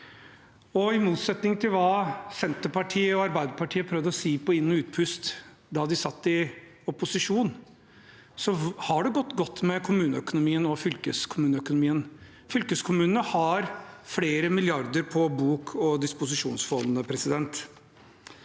I motsetning til hva Senterpartiet og Arbeiderpartiet prøvde å si på inn- og utpust da de satt i opposisjon, har det gått godt med kommuneøkonomien og fylkeskommuneøkonomien. Fylkeskommunene har flere milliarder på bok og i disposisjonsfond. Når vi